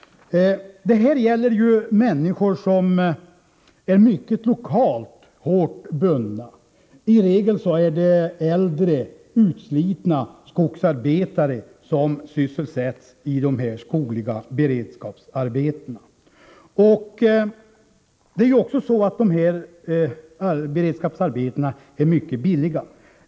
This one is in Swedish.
Det här gäller ju människor som är mycket hårt lokalt bundna. I regel är det äldre, utslitna skogsarbetare som sysselsätts i sådana skogliga beredskapsarbeten. Dessa beredskapsarbeten är dessutom mycket billiga.